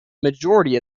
majority